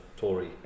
Tory